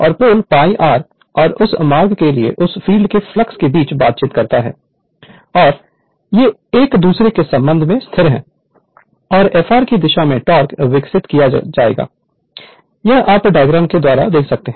और pole π r और उस मार्ग के लिए उस फील्ड के फ्लक्स के बीच बातचीत करता है और वे एक दूसरे के संबंध में स्थिर हैं और fr की दिशा में टोक़ विकसित किया जाएगा यह आप डायग्राम के द्वारा देख सकते हैं